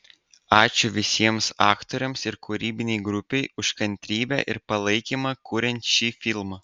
ačiū visiems aktoriams ir kūrybinei grupei už kantrybę ir palaikymą kuriant šį filmą